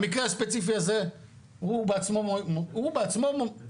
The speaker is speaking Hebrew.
במקרה הספציפי הזה הוא בעצמו מוכיח